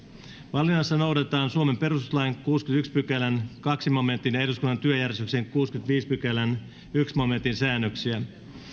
valinnassa noudatetaan suomen perustuslain kuudennenkymmenennenensimmäisen pykälän toisen momentin ja eduskunnan työjärjestyksen kuudennenkymmenennenviidennen pykälän ensimmäisen momentin säännöksiä